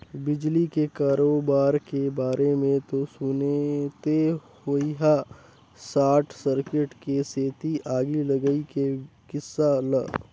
बिजली के करोबार के बारे मे तो सुनते होइहा सार्ट सर्किट के सेती आगी लगई के किस्सा ल